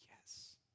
yes